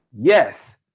Yes